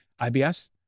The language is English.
IBS